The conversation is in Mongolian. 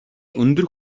өндөр